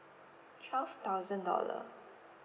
twelve thousand dollar